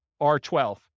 R12